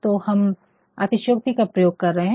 तो हम अतिश्योक्ति का प्रयोग कर रहे है